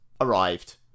arrived